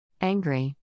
Angry